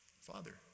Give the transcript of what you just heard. Father